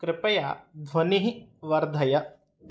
कृपया ध्वनिं वर्धय